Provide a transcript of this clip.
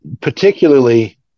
Particularly